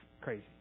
crazy